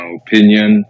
opinion